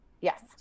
Yes